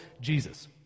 Jesus